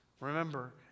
remember